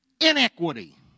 inequity